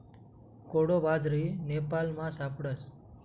कोडो बाजरी नेपालमा सापडस